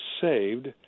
saved